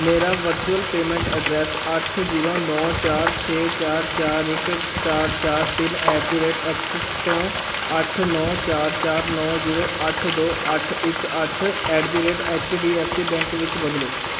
ਮੇਰਾ virtual payment address ਅੱਠ zero ਨੌਂ ਚਾਰ ਛੇ ਚਾਰ ਚਾਰ ਇੱਕ ਚਾਰ ਚਾਰ ਤਿੰਨ ਐਟ ਦੀ ਰੇਟ ਐਕਸਿਸ ਤੋਂ ਅੱਠ ਨੌਂ ਚਾਰ ਚਾਰ ਨੌਂ ਜੀਰੋ ਅੱਠ ਦੋ ਅੱਠ ਇੱਕ ਅੱਠ at the rate H D F C bank ਵਿੱਚ ਬਦਲੋ